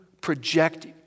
project